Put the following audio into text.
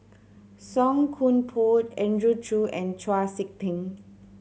Song Koon Poh Andrew Chew and Chau Sik Ting